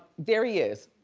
there he is.